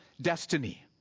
destiny